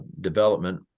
development